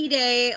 day